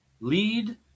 lead